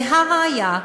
והראיה,